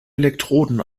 elektroden